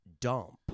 Dump